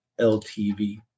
LTV